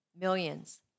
millions